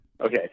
Okay